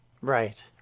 Right